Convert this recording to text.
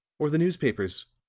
or the newspapers'.